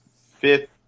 fifth